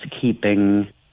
keeping